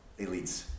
elites